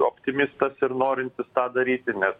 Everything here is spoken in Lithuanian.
optimistas ir norintis tą daryti nes